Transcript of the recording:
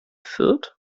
fürth